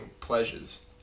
pleasures